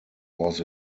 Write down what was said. was